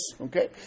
okay